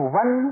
one